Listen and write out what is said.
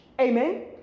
Amen